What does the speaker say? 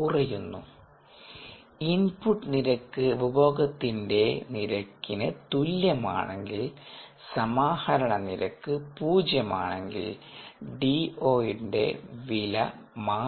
കുറയുന്നു ഇൻപുട്ട് നിരക്ക് ഉപഭോഗത്തിന്റെ നിരക്കിന് തുല്യമാണെങ്കിൽ സമാഹരണ നിരക്ക് 0 ആണെങ്കിൽ DO ന്റെ വില മാറില്ല